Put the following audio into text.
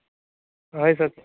हय सर